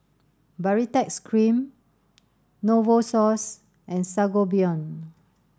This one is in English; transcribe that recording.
Baritex Cream Novosource and Sangobion